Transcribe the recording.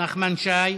נחמן שי.